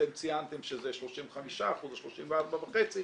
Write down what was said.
אתם ציינתם שזה 35% או 34.5%